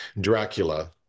Dracula